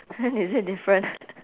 !huh! is it different